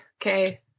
Okay